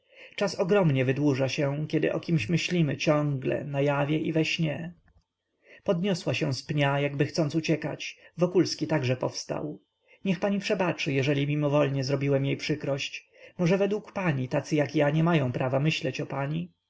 czas ogromnie wydłuża się kiedy o kimś myślimy ciągle na jawie i we śnie podniosła się z pnia jakby chcąc uciekać wokulski także powstał niech pani przebaczy jeżeli mimowolnie zrobiłem jej przykrość może według pani tacy jak ja nie mają prawa myśleć o pani